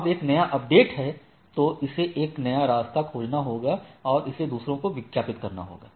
अब एक नया अपडेट है तो इसे एक नया रास्ता खोजना होगा और इसे दूसरों को विज्ञापित करना होगा